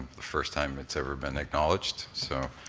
first time it's ever been acknowledged. so,